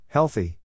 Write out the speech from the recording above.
Healthy